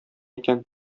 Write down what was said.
икән